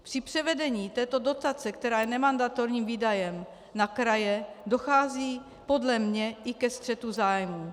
Při převedení této dotace, která je nemandatorním výdajem, na kraje, dochází podle mě i ke střetu zájmů.